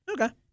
Okay